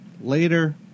later